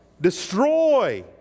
Destroy